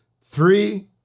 three